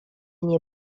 nie